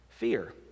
Fear